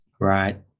right